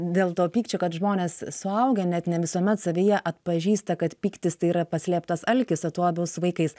dėl to pykčio kad žmonės suaugę net ne visuomet savyje atpažįsta kad pyktis tai yra paslėptas alkis o tuo labiau su vaikais